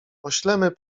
poślemy